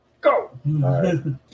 Go